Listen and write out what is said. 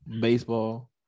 baseball